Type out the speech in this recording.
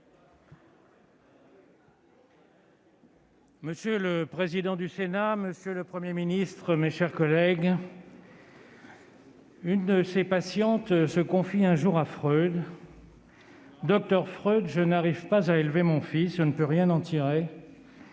monsieur le Premier ministre, mesdames, messieurs le ministre, mes chers collègues, une de ses patientes se confie un jour à Freud :« Docteur Freud, je n'arrive pas à élever mon fils. Je ne peux rien en tirer.